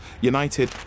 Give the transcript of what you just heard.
United